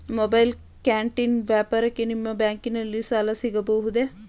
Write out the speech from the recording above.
Mobile canteen ವ್ಯಾಪಾರಕ್ಕೆ ನಿಮ್ಮ ಬ್ಯಾಂಕಿನಲ್ಲಿ ಸಾಲ ಸಿಗಬಹುದೇ?